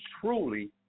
truly